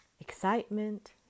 excitement